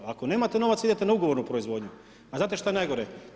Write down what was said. Ako nemate novaca, idete na ugovornu proizvodnju, a znate što je najgore?